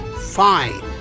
Fine